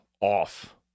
off